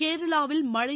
கேரளாவில் மழை